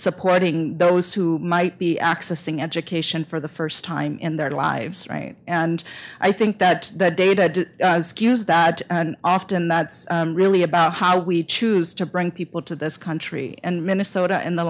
supporting those who might be accessing education for the first time in their lives and i think that that data skews that often that's really about how we choose to bring people to this country and minnesota in the